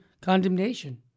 condemnation